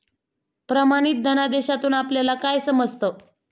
प्रमाणित धनादेशातून आपल्याला काय समजतं?